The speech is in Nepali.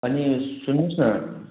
अनि सुन्नुहोस् न